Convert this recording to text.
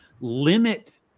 limit